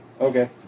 Okay